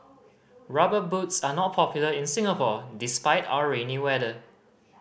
Rubber Boots are not popular in Singapore despite our rainy weather